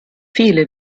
viele